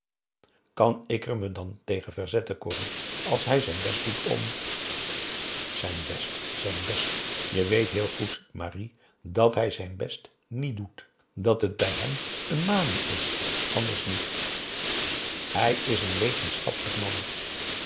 kan ik er me dan tegen verzetten corrie als hij zijn best doet om zijn best zijn best je weet heel goed marie dat p a daum hoe hij raad van indië werd onder ps maurits hij zijn best niet doet dat het bij hem een manie is anders niet hij is een wetenschappelijk man